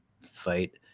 fight